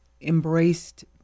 embraced